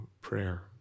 prayer